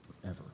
forever